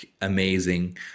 amazing